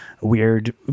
weird